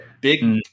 Big